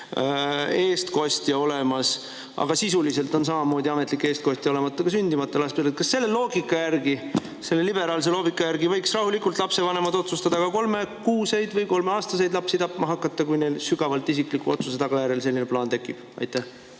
eestkostja olemas, aga sisuliselt on samamoodi ametlik eestkostja olemas ka sündimata lastel. Kas selle loogika järgi, selle liberaalse loogika järgi võiks rahulikult lapsevanemad otsustada ka kolmekuuseid või kolmeaastaseid lapsi tapma hakata, kui neil sügavalt isikliku otsuse tagajärjel selline plaan tekib?